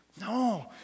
No